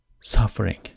suffering